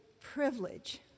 privilege